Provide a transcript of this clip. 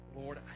Lord